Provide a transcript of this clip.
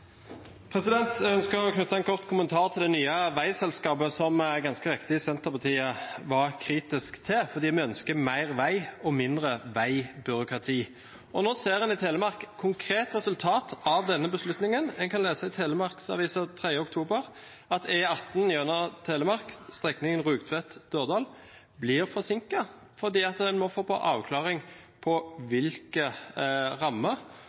Jeg ønsker å knytte en kort kommentar til det nye veiselskapet, som Senterpartiet ganske riktig var kritisk til fordi vi ønsker mer vei og mindre veibyråkrati. Nå ser en i Telemark et konkret resultat av denne beslutningen. En kan lese i Telemarksavisa den 3. oktober at E18 gjennom Telemark, strekningen Rugtvedt–Dørdal, blir forsinket fordi en må få en avklaring av hvilke rammer